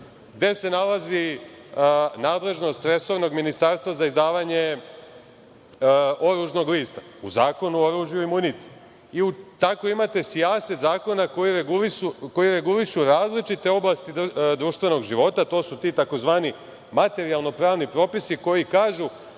gde se nalazi nadležnost resornog ministarstva za izdavanje oružnog lista u Zakona oružja i municije. Tako imate sijaset zakona koji regulišu različite oblasti društvenog života. To su ti tzv, materijalno-pravni propisi koji kažu